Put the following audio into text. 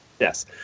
Yes